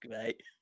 Great